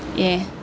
yeah